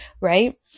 right